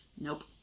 Nope